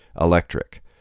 electric